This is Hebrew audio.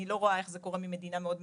לא רואה איך זה קורה ממדינה מאוד מסוימת.